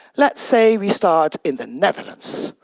let's say we start in the netherlands,